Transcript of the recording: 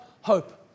hope